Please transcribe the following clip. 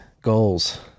Goals